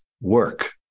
work